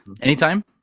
Anytime